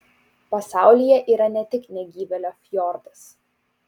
pasaulyje yra ne tik negyvėlio fjordas